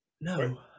No